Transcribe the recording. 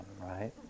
right